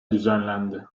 düzenlendi